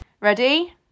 Ready